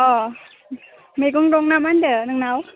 अ मैगं दं नामा होनदो नोंनाव